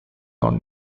own